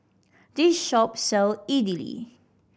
this shop sell Idili